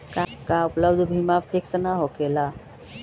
का उपलब्ध बीमा फिक्स न होकेला?